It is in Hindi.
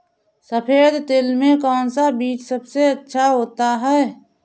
सफेद तिल में कौन सा बीज सबसे अच्छा होता है?